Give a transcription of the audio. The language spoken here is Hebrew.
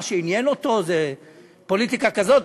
מה שעניין אותו זה פוליטיקה כזאת,